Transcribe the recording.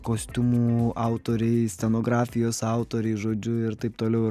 kostiumų autoriai scenografijos autoriai žodžiu ir taip toliau ir panašiai